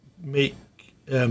make